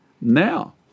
Now